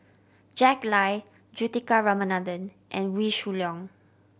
Jack Lai Juthika Ramanathan and Wee Shoo Leong